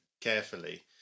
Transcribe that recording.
carefully